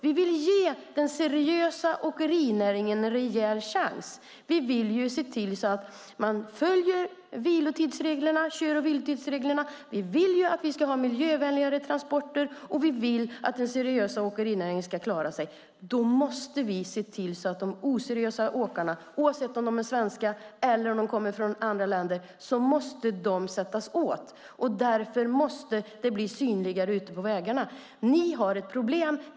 Vi vill ge den seriösa åkerinäringen en rejäl chans. Vi vill se till att man följer kör och vilotidsreglerna. Vi vill ha miljövänligare transporter. Vi vill att den seriösa åkerinäringen ska klara sig. Då måste vi se till att de oseriösa åkarna sätts åt, oavsett om de är svenska eller kommer från andra länder. Därför måste de bli synligare ute på vägarna. Ni har ett problem.